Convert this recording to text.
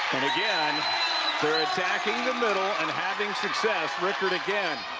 and again they're attacking the middle and having success. rickert again.